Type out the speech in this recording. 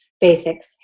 basics